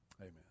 Amen